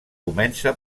comença